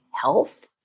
health